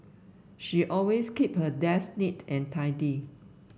she always keep her desk neat and tidy